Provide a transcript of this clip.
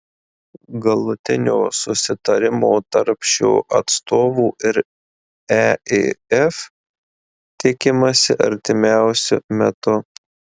galutinio susitarimo tarp šio atstovų ir eif tikimasi artimiausiu metu